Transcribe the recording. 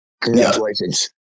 Congratulations